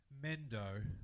Mendo